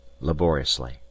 laboriously